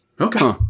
Okay